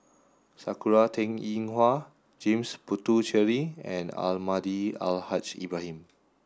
Sakura Teng Ying Hua James Puthucheary and Almahdi Al Haj Ibrahim